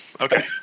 okay